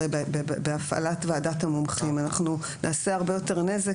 הרי בהפעלת ועדת המומחים אנחנו נעשה הרבה יותר נזק